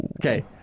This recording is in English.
Okay